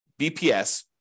BPS